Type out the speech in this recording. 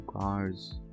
cars